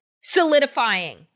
solidifying